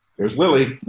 there's lily.